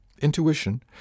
Intuition